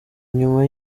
nyuma